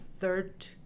Third